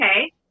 Okay